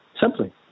simply